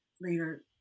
Later